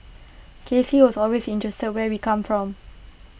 K C was always interested in where we come from